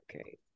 Okay